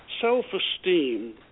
self-esteem